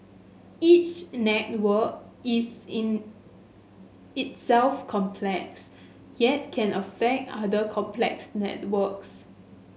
each network is in itself complex yet can affect other complex networks